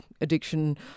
addiction